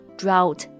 drought